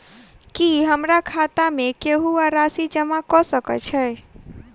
की हमरा खाता मे केहू आ राशि जमा कऽ सकय छई?